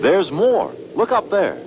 there's more work up there